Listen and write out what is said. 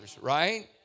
right